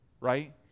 right